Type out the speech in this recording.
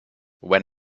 when